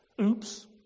oops